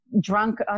drunk